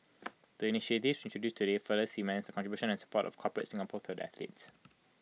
the initiatives introduced today further cements the contribution and support of corporate Singapore to the athletes